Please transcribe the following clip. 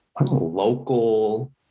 local